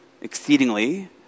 exceedingly